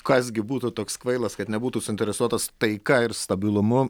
kas gi būtų toks kvailas kad nebūtų suinteresuotas taika ir stabilumu